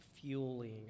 fueling